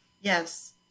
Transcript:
Yes